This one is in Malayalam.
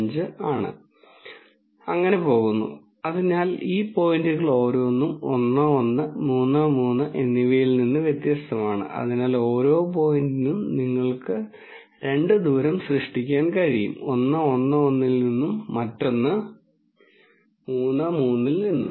5 ആണ് അങ്ങനെ പോകുന്നു അതിനാൽ ഈ പോയിന്റുകൾ ഓരോന്നും 1 1 3 3 എന്നിവയിൽ നിന്ന് വ്യത്യസ്തമാണ് അതിനാൽ ഓരോ പോയിന്റിനും നിങ്ങൾ രണ്ട് ദൂരം സൃഷ്ടിക്കും ഒന്ന് 1 1 ൽ നിന്ന് മറ്റൊരു ഒന്ന് 3 3 ൽ നിന്ന്